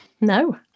No